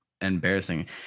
embarrassing